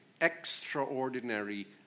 extraordinary